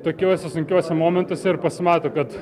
tokiose sunkiose momentuose ir pasimato kad